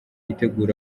itegura